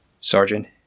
Sergeant